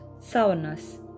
sourness